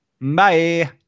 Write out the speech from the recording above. Bye